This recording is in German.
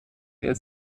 der